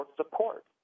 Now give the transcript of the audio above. support